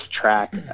track